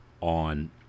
on